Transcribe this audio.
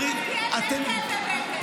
צריך --- לשר מלכיאלי אין כאבי בטן,